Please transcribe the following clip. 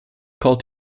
called